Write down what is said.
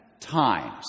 times